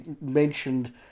mentioned